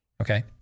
Okay